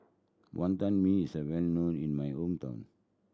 Wonton Mee is well known in my hometown